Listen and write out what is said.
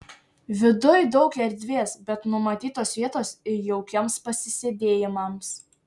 viduj daug erdvės bet numatytos vietos ir jaukiems pasisėdėjimams